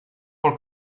por